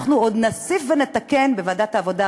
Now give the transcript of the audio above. עוד נוסיף ונתקן בוועדת העבודה,